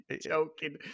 joking